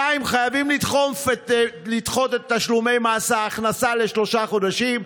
2. חייבים לדחות את תשלומי מס ההכנסה לשלושה חודשים.